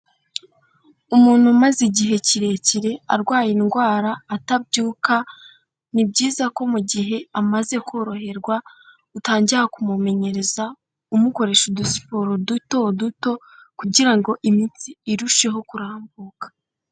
Umuntu umaze igihe kirekire arwaye indwara atabyuka, ni byiza ko mu gihe amaze koroherwa utangira kumumenyereza umukoresha udusiporo duto duto kugira ngo imitsi irusheho kurambuka.